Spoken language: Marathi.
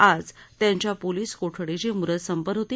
आज त्यांच्या पोलीस कोठडीची मूदत संपत होती